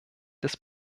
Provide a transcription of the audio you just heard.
des